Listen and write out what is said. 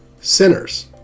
sinners